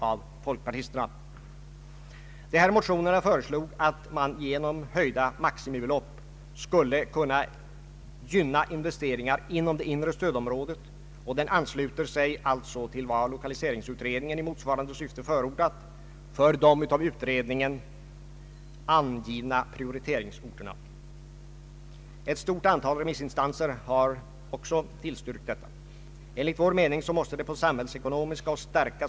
Lokaliseringsstöd skulle kunna utgå — utom till industri — till industriliknande verksamhet och, inom det allmänna stödområdet, vissa typer av serviceverksamhet med huvudsaklig inriktning på industrin.